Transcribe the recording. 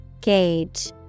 Gauge